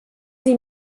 sie